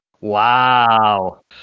Wow